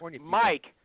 Mike